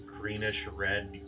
greenish-red